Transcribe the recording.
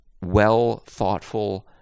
well-thoughtful